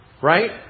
Right